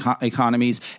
economies